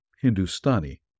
Hindustani